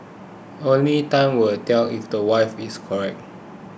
only time will tell if the wife is correct